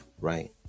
right